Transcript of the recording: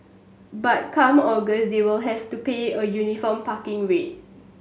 but come August they will have to pay a uniform parking rate